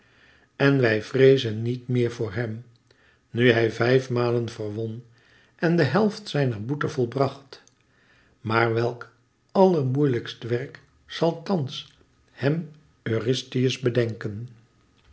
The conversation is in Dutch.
en wij vreezen niet meer voor hem nu hij vijf malen verwon en de helft zijner boete volbracht maar welk allermoeilijkst werk zal thans hem eurystheus bedenken